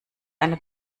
eine